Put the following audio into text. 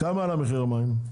כמה עלה מחיר המים?